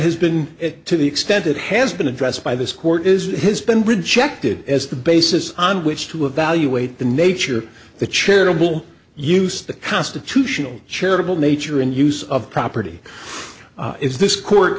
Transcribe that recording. has been to the extent it has been addressed by this court is has been rejected as the basis on which to evaluate the nature of the charitable use the constitutional charitable nature and use of property is this court